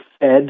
Fed